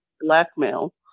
blackmail